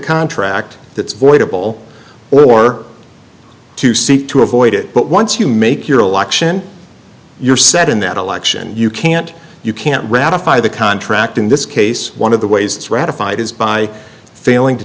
contract that's voidable or to seek to avoid it but once you make your election you're set in that election you can't you can't ratify the contract in this case one of the ways it's ratified is by failing to